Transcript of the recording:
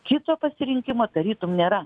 kito pasirinkimo tarytum nėra